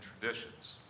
traditions